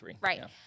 right